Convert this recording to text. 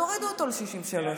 תורידו אותה ל-63.